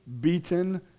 beaten